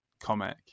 comic